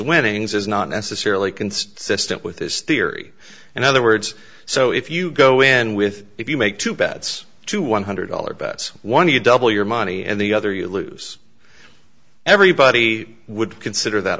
winnings is not necessarily consistent with his theory and other words so if you go in with if you make two bets to one hundred dollars bets one you double your money and the other you lose everybody would consider that